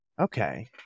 okay